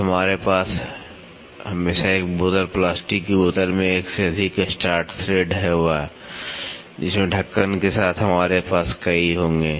तो हमारे पास हमेशा एक बोतल प्लास्टिक की बोतल में एक से अधिक स्टार्ट थ्रेड होगा जिसमें ढक्कन के साथ हमारे पास कई होंगे